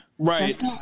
Right